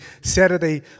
Saturday